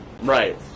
Right